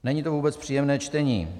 Není to vůbec příjemné čtení.